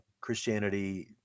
Christianity